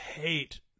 hate